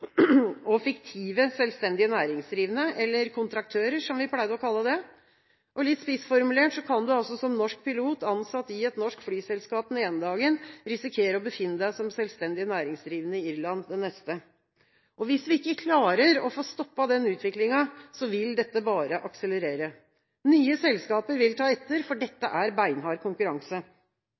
og fiktive selvstendig næringsdrivende – eller kontraktører som vi pleide å kalle det. Litt spissformulert kan du som norsk pilot ansatt i et norsk flyselskap den ene dagen, risikere å befinne deg som selvstendig næringsdrivende i Irland den neste. Hvis vi ikke klarer å få stoppet denne utviklinga, vil dette bare akselerere. Nye selskaper vil ta etter, for dette er beinhard konkurranse.